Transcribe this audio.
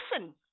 listen